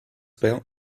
bert